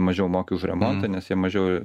mažiau moki už remontą nes jie mažiau